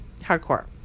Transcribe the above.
hardcore